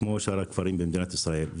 כמו שאר הכפרים במדינת ישראל.